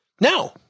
no